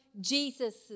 Jesus